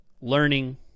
learning